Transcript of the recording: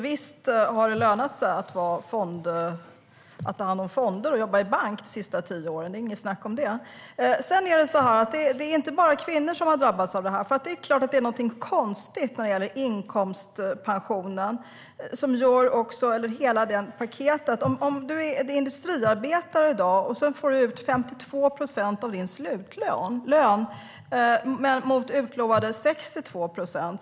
Visst har det alltså lönat sig att ta hand om fonder och jobba på bank de sista tio åren, det är det inget snack om. Det är inte bara kvinnor som har drabbats av det här. Det är klart att det är någonting konstigt när det gäller inkomstpensionen och hela det här paketet. En industriarbetare får i dag ut 52 procent av sin slutlön i stället för utlovade 62 procent.